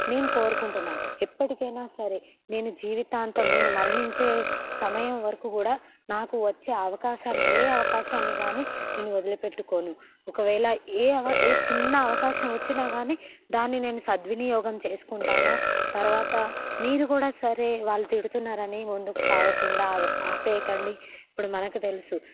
నేను కోరుకుంటున్నాను ఎప్పటికైనా సరే నేను జీవితాంతం నేను మరణించే సమయం వరకు కూడా నాకు వచ్చే అవకాశాన్ని ఏ అవకాశాన్ని కాని నేను వదిలిపెట్టుకోను ఒకవేళ ఏ అవ ఏ చిన్న అవకాశం వచ్చినా గాని దాన్ని నేను సద్వినియోగం చేసుకుంటాను తర్వాత మీరు కూడా సరే వాళ్ళ తిడుతున్నారని ముందుకు సాగకుండా ఆపేయకండి ఇప్పుడు మనకు తెలుసు